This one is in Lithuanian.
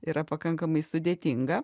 yra pakankamai sudėtinga